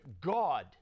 God